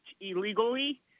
illegally